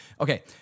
Okay